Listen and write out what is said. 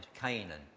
Canaan